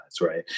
right